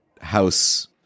house